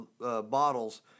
bottles